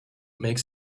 makes